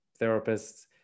therapists